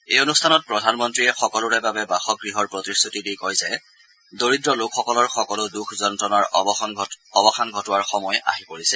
এই অনুষ্ঠানত প্ৰধানমন্ত্ৰীয়ে সকলোৰে বাবে বাসগৃহৰ প্ৰতিগ্ৰতি প্ৰদান কৰি কয় যে দৰিদ্ৰ লোকসকলৰ সকলো দুখ যন্ত্ৰণাৰ অৱসান ঘটোৱাৰ সময় আহি পৰিছে